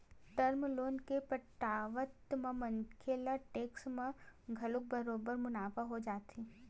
term loan के पटावत म मनखे ल टेक्स म घलो बरोबर मुनाफा हो जाथे